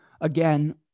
Again